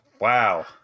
Wow